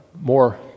more